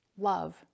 love